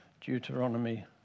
Deuteronomy